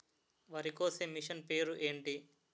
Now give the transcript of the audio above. వరి కోసే మిషన్ పేరు ఏంటి